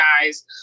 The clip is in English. guys